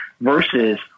versus